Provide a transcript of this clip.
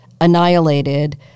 annihilated